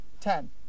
ten